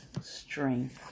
strength